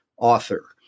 author